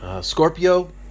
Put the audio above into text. Scorpio